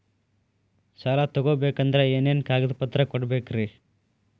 ಸಾಲ ತೊಗೋಬೇಕಂದ್ರ ಏನೇನ್ ಕಾಗದಪತ್ರ ಕೊಡಬೇಕ್ರಿ?